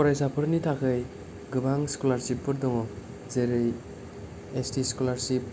फरायसाफोरनि थाखाय गोबां स्कलारशिपफोर दङ जेरै एसटि स्कलारशिप